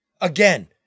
Again